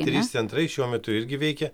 trys centrai šiuo metu irgi veikia